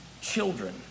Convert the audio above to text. children